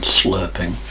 slurping